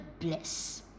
bliss